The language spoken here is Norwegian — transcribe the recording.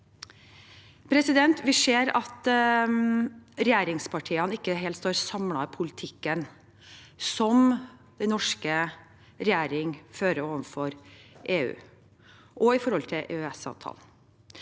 særlig EU. Vi ser at regjeringspartiene ikke helt står samlet i politikken som den norske regjering fører overfor EU og i forhold til EØS-avtalen.